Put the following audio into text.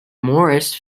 morris